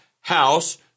house